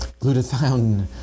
glutathione